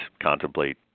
contemplate